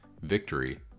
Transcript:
Victory